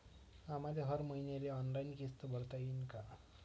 आम्हाले हर मईन्याले ऑनलाईन किस्त भरता येईन का?